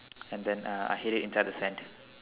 and then uh I hid it inside the sand